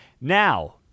Now